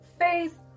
Faith